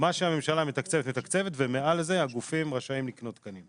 מה שהממשלה מתקצבת היא מתקצבת ומעל זה הגופים רשאים לקנות תקנים.